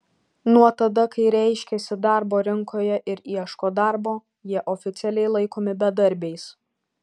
nuo tada kai reiškiasi darbo rinkoje ir ieško darbo jie oficialiai laikomi bedarbiais